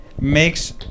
makes